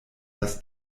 das